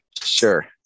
Sure